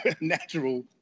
natural